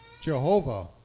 Jehovah